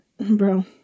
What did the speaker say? Bro